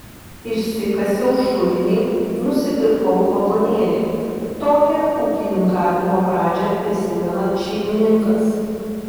išsikasiau šulinį nusipirkau vagonėlį tokią ūkininkavimo pradžią prisimena šeimininkas